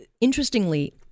interestingly